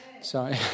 Sorry